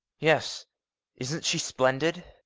yes isn't she splendid?